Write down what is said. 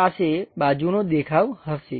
પાસે બાજુનો દેખાવ હશે